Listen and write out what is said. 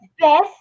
Best